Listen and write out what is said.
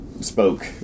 spoke